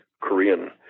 Korean